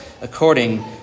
according